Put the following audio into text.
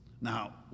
Now